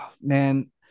man